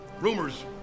rumors